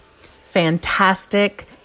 fantastic